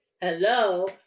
Hello